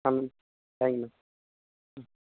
ஆண்ணா thank you